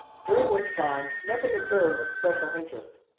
during which time nothing occurred of special interest.